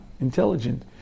intelligent